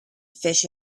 fish